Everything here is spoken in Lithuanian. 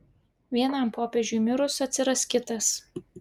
vienam popiežiui mirus atsiras kitas